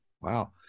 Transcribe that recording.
Wow